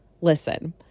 Listen